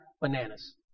bananas